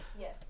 Yes